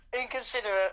Inconsiderate